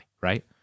right